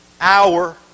hour